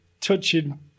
touching